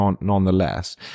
nonetheless